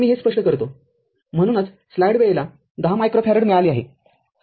तरमी हे स्पष्ट करतो म्हणूनच स्लाइड वेळेला १० मायक्रोफॅरेड मिळाले आहे